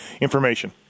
information